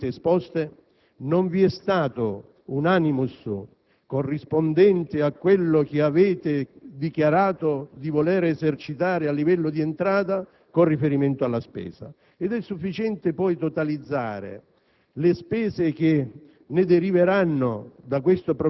Tornando alle motivazioni sinteticamente esposte, non vi è stato un *animus* corrispondente a quello che avete dichiarato di voler esercitare a livello di entrata con riferimento alla spesa. Ed è sufficiente poi totalizzare